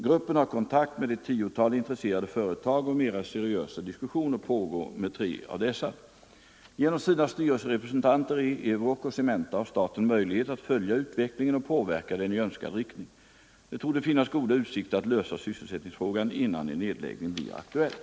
Gruppen har kontakt med ett tiotal intresserade företag och mera seriösa diskussioner pågår med tre av dessa. Genom sina styrelserepresentanter i Euroc och Cementa har staten möjlighet att följa utvecklingen och påverka den i önskad riktning. Det torde finnas goda utsikter att lösa sysselsättningsfrågan innan en nedläggning blir aktuell.